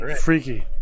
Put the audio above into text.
freaky